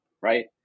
right